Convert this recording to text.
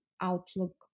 outlook